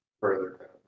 further